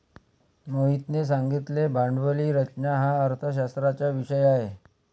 मोहितने सांगितले भांडवली रचना हा अर्थशास्त्राचा विषय आहे